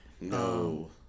No